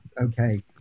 okay